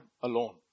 alone